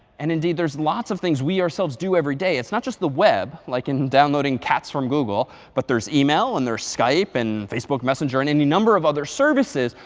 and indeed, there's lots of things we ourselves do every day. it's not just the web, like in downloading cats from google. but there's email, and there's skype, and facebook messenger, and any number of other services.